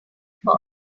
cost